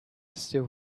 still